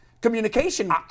communication